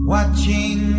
Watching